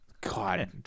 God